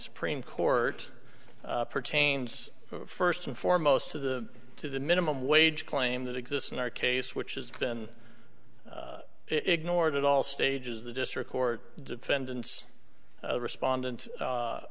supreme court pertains first and foremost to the to the minimum wage claim that exists in our case which has been ignored at all stages the district court defendants respondent